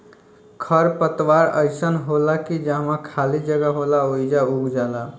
खर पतवार अइसन होला की जहवा खाली जगह होला ओइजा उग जाला